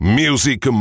music